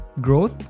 growth